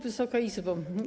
Wysoka Izbo!